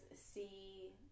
see